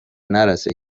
نرسه